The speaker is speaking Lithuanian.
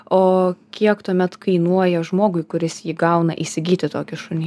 o kiek tuomet kainuoja žmogui kuris jį gauna įsigyti tokį šunį